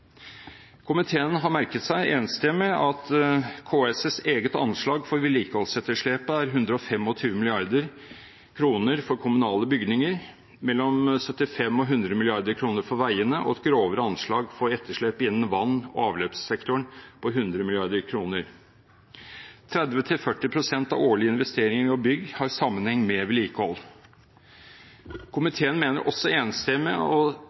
Komiteen har merket seg enstemmig at KS’ eget anslag for vedlikeholdsetterslepet er 125 mrd. kr for kommunale bygninger, mellom 75 og 100 mrd. kr for veiene og et grovere anslag for etterslep innen vann- og avløpssektoren på 100 mrd. kr. 30–40 pst. av årlige investeringer i bygg har sammenheng med vedlikehold. Komiteen mener også enstemmig